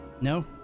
No